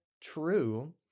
true